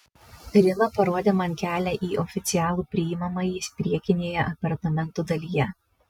rila parodė man kelią į oficialų priimamąjį priekinėje apartamentų dalyje